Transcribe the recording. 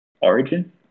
Origin